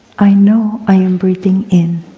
i know i am breathing in.